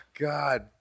God